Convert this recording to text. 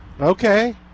Okay